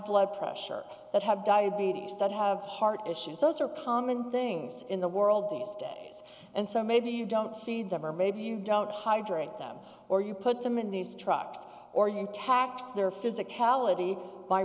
blood pressure that have diabetes study have heart issues those are common things in the world these days and so maybe you don't feed them or maybe you don't hydrate them or you put them in these trucks or you tax the